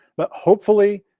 but hopefully,